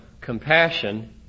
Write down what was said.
compassion